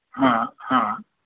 हां हां